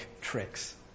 tricks